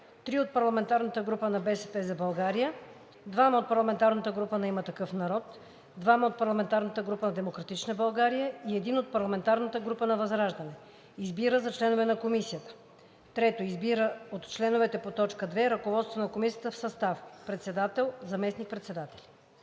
2 от парламентарната група на „БСП за България“, 2 от парламентарната група на „Има такъв народ“, 2 от парламентарната група на „Демократична България“, 1 от парламентарната група на „ВЪЗРАЖДАНЕ“. 2. Избира за членове на Комисията: … 3. Избира от членовете по т. 2 ръководство на Комисията в състав: Председател: … Заместник-председатели: